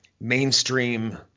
mainstream